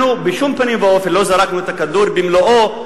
אנחנו בשום פנים ואופן לא זרקנו את הכדור במלואו,